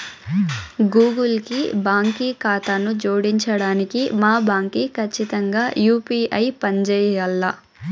Google కి బాంకీ కాతాను జోడించడానికి మా బాంకీ కచ్చితంగా యూ.పీ.ఐ పంజేయాల్ల